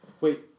Wait